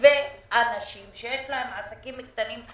ואנשים שיש להם עסקים קטנים,